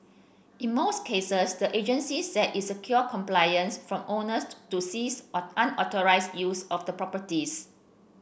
in most cases the agency said it secured compliance from owners to cease unauthorised use of the properties